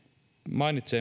mainitsee